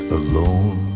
alone